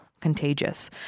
contagious